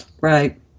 Right